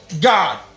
God